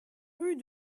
rue